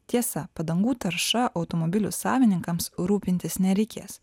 tiesa padangų tarša automobilių savininkams rūpintis nereikės